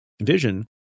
vision